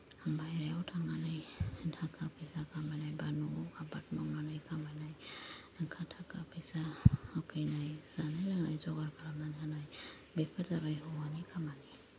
बायहेरायाव थांनानै थाखा फैसा खामायनाय बा न'आव आबाद मावनानै खामायनाय ओमफ्राय थाखा फैसा होफैनाय जानाय लोंनाय जगार खालामनानै होनाय बेफोर जाबाय हौवानि खामानि